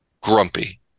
grumpy